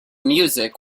music